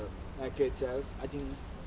actor itself I think